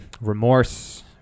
remorse